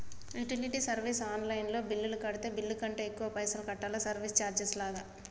Utility service online లో bill కడితే bill కంటే ఎక్కువ పైసల్ కట్టాలా సర్వీస్ చార్జెస్ లాగా?